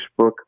Facebook